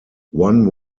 one